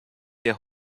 der